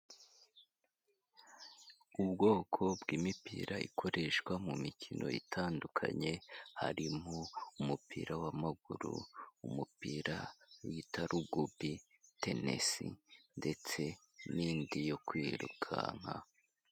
Ubwoko bw'imipira ikoreshwa mu mikino itandukanye. Harimo: umupira w'amaguru, umupira bita rugubi , tenisi ndetse n'indi yo kwirukanka.